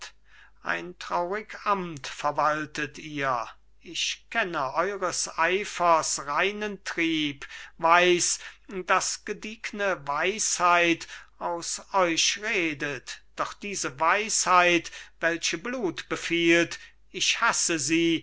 ein traurig amt verwaltet ihr ich kenne eures eifers reinen trieb weiß daß gediegne weisheit aus euch redet doch diese weisheit welche blut befiehlt ich hasse sie